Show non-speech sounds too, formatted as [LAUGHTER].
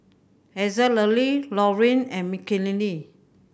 Azalee [UNINTELLIGIBLE] Loreen and Mckinley